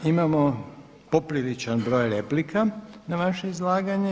Imamo popriličan broj replika na vaše izlaganje.